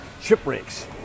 shipwrecks